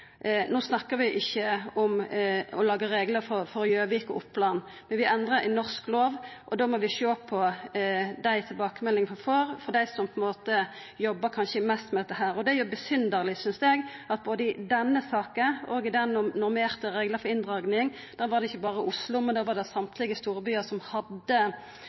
No snakkar vi ikkje om å laga reglar for Gjøvik og Oppland. Vi vil endra ein norsk lov, og da må vi sjå på dei tilbakemeldingane vi får frå dei som jobbar mest med dette. Det er besynderleg, synest eg, at både i denne saka og i saka om normerte reglar for inndraging var det ikkje berre Oslo som hadde erfaring med eit prikkbelastningssystem, men alle storbyar. Dei åtvara mot det taket som